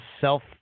self